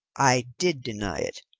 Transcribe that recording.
i did deny it.